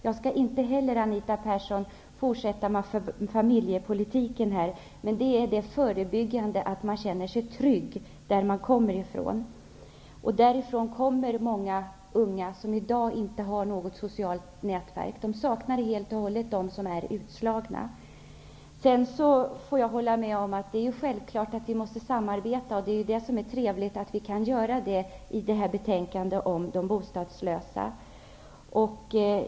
Jag skall inte heller, Anita Persson, fortsätta med familjepolitiken här, men det är förebyggande att man känner sig trygg i den miljö, man kommer ifrån. Många unga som i dag är utslagna saknar helt och hållet ett socialt nätverk. Sedan håller jag med om att det är självklart att vi måste samarbeta. Det är ju trevligt att vi kan göra det i det här betänkandet om de bostadslösa.